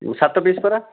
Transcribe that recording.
ସାତ ପିସ୍ ପରା